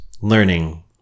learning